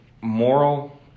moral